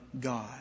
God